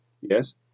Yes